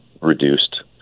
reduced